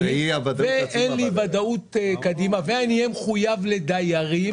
ואין לי וודאות קדימה ואני אהיה מחויב לדיירים,